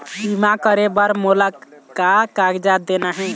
बीमा करे बर मोला का कागजात देना हे?